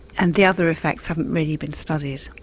and the other effects haven't really been studied.